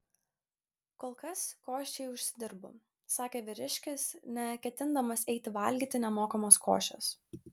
kol kas košei užsidirbu sakė vyriškis neketindamas eiti valgyti nemokamos košės